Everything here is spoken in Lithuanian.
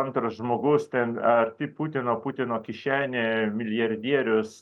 antras žmogus ten arti putino putino kišenė milijardierius